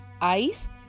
ice